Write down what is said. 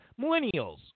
Millennials